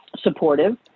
supportive